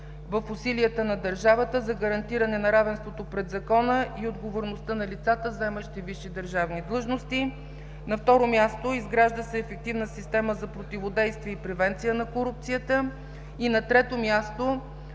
в усилията на държавата за гарантиране на равенството пред закона и отговорността на лицата, заемащи висши държавни длъжности. На второ място, изгражда се ефективна система за противодействие и превенция на корупцията.